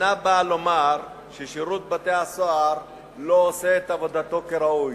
אינה באה לומר ששירות בתי-הסוהר לא עושה את עבודתו כראוי.